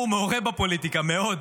הוא מעורה בפוליטיקה מאוד.